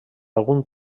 algun